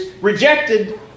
rejected